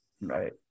Right